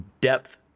depth